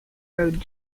road